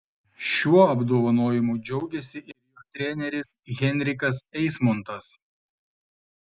šiuo apdovanojimu džiaugėsi ir jo treneris henrikas eismontas